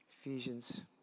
Ephesians